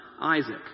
Isaac